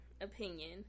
opinion